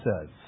says